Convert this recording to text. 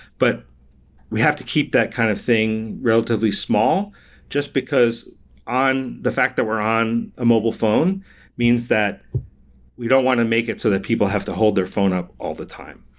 but we have to keep that kind of thing relatively small just because on the fact that we're on a mobile phone means that we don't want to make it so that people have to hold their phone up all the time.